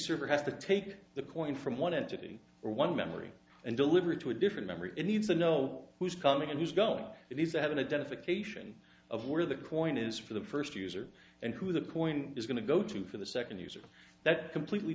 server has to take the coin from one entity or one memory and deliver it to a different memory needs to know who's coming and who's going it is that an identification of where the coin is for the first user and who the coin is going to go to for the second user that completely